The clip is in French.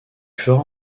fera